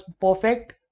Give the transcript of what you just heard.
perfect